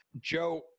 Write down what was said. Joe